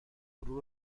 غرور